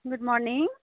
good morning